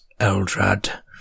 Eldrad